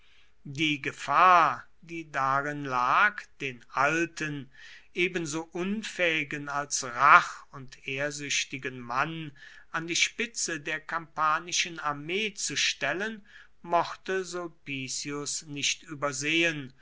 die gefahr die darin lag den alten ebenso unfähigen als rach und ehrsüchtigen mann an die spitze der kampanischen armee zu stellen mochte sulpicius nicht übersehen